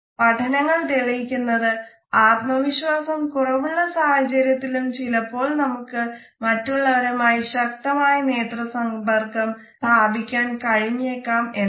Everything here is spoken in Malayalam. പഠനങ്ങൾ തെളിയിക്കുന്നത് ആത്മവിശ്വാസം കുറവുള്ള സാഹചര്യത്തിലും ചിലപ്പോൾ നമുക്ക് മറ്റുള്ളവരുമായി ശക്തമായ നേത്രസമ്പർക്കം സ്ഥാപിക്കുവാൻ കഴിഞ്ഞേക്കാം എന്നാണ്